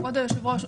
כבוד היושב-ראש,